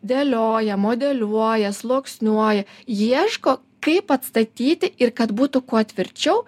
dėlioja modeliuoja sluoksniuoja ieško kaip atstatyti ir kad būtų kuo tvirčiau